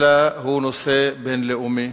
אלא זהו נושא בין-לאומי